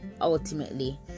ultimately